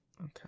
Okay